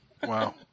Wow